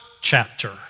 chapter